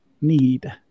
need